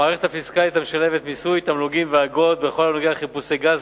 המערכת הפיסקלית המשלבת מיסוי תמלוגים ואגרות בכל הנוגע לחיפושי גז